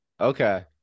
Okay